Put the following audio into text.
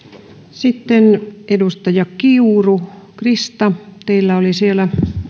sitten edustaja krista kiuru teillä on siellä